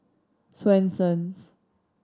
Swensens